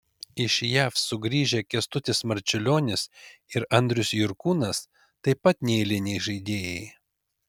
iš jav sugrįžę kęstutis marčiulionis ir andrius jurkūnas taip pat neeiliniai žaidėjai